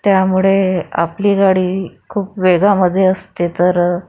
त्यामुळे आपली गाडी खूप वेगामधे असते तर